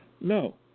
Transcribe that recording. No